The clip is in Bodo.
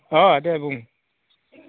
अ दे बुं